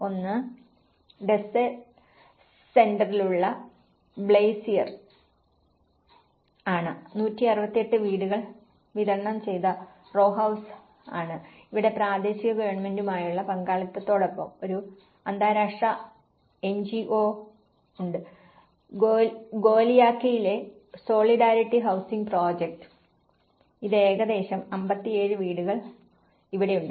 ഒന്ന് ഡസ്സെ സെന്ററിലുള്ള ബെയ്സിലർ ആണ് 168 വീടുകൾ വിതരണം ചെയ്ത റോ ഹൌസ് ആണ് ഇവിടെ പ്രാദേശിക ഗവൺമെന്റുമായുള്ള പങ്കാളിത്തത്തോടൊപ്പം ഒരു അന്താരാഷ്ട്ര എൻജിഒയുണ്ട് ഗോലിയാക്കയിലെ സോളിഡാരിറ്റി ഹൌസിംഗ് പ്രോജക്ട് ഇത് ഏകദേശം 57 വീടുകൾ ഇവിടെയുണ്ട്